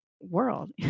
world